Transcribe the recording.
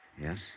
Yes